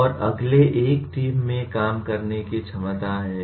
और अगले एक टीम में काम करने की क्षमता है